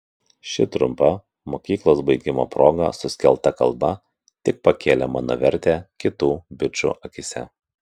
ši trumpa mokyklos baigimo proga suskelta kalba tik pakėlė mano vertę kitų bičų akyse